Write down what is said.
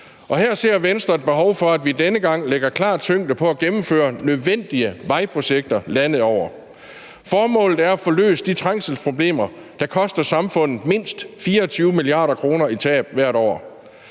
Her ser Venstre et behov for, at vi denne gang lægger klar tyngde på at gennemføre nødvendige vejprojekter landet over. Formålet er at få løst de trængselsproblemer, der koster samfundet mindst 24 mia. kr. i tab hvert år;